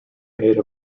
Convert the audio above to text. made